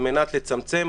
על מנת לצמצם,